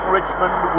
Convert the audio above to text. Richmond